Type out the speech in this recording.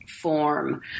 form